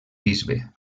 bisbe